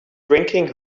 drinking